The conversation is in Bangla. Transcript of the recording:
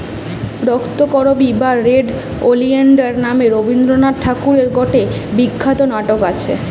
রক্তকরবী বা রেড ওলিয়েন্ডার নামে রবীন্দ্রনাথ ঠাকুরের গটে বিখ্যাত নাটক আছে